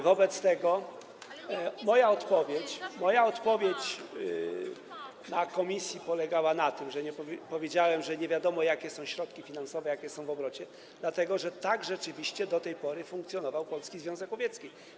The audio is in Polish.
Wobec tego moja odpowiedź w komisji polegała na tym, że powiedziałem, że nie wiadomo, jakie są środki finansowe, jakie są w obrocie, dlatego że tak rzeczywiście do tej pory funkcjonował Polski Związek Łowiecki.